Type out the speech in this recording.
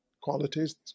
qualities